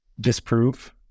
disprove